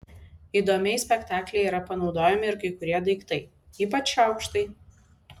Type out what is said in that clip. įdomiai spektaklyje yra panaudojami ir kai kurie daiktai ypač šaukštai